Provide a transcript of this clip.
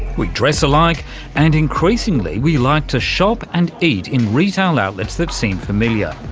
we dress alike and increasingly we like to shop and eat in retail outlets that seem familiar.